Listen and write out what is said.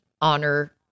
honor